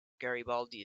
garibaldi